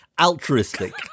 altruistic